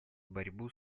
борьбу